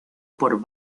por